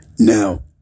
Now